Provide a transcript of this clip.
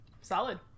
Solid